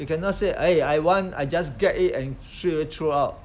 you can not say eh I want I just get it and straight away throw out